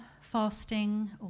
fasting